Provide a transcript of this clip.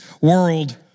world